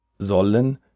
sollen